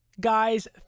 Guys